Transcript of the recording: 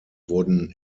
wurden